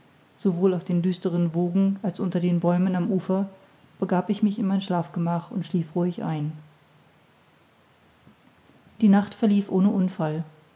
sowohl auf den düsteren wogen als unter den bäumen am ufer begab ich mich in mein schlafgemach und schlief ruhig ein die nacht verlief ohne unfall